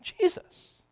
Jesus